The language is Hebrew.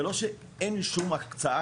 זה לא שאין שום הקצאה,